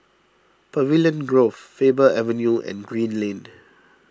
Pavilion Grove Faber Avenue and Green Lane